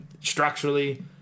structurally